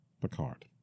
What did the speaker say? Picard